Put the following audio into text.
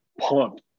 pumped